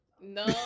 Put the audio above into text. No